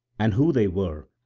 and who they were,